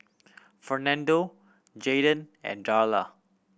Fernando Jaeden and Darla